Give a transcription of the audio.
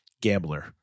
GAMBLER